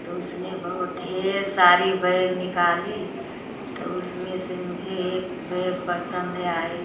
तो उसने बहुत ढेर सारे बैग निकाली तो उसमें से मुझे एक बैग पसंद आई